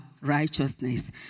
righteousness